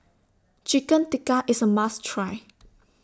Chicken Tikka IS A must Try